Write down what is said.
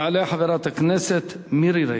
תעלה חברת הכנסת מירי רגב.